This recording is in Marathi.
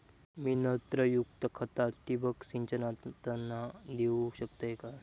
मी नत्रयुक्त खता ठिबक सिंचनातना देऊ शकतय काय?